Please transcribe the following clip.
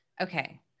Okay